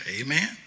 Amen